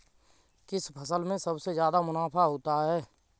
किस फसल में सबसे जादा मुनाफा होता है?